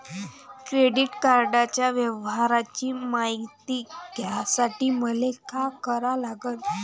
Credit कार्डाच्या व्यवहाराची मायती घ्यासाठी मले का करा लागन?